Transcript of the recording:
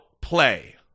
play